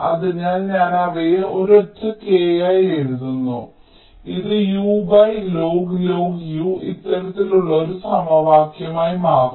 അതിനാൽ ഞാൻ അവയെ ഒരൊറ്റ K ആയി എഴുതുന്നു ഇത് Ulog U ഇത്തരത്തിലുള്ള ഒരു സമവാക്യമായി മാറും